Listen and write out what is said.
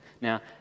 Now